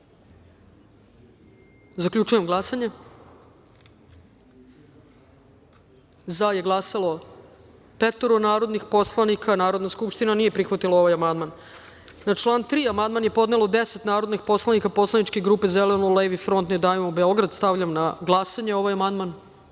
amandman. Zaključujem glasanje: za – petoro narodnih poslanika. Narodna skupština nije prihvatila ovaj amandman. Na član 3. amandman je podnelo deset narodnih poslanika poslaničke grupe Zeleno-levi front – Ne davimo Beograd. Stavljam na glasanje ovaj